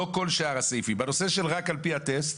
לא בכל שאר הסעיפים, במשך 60 ימים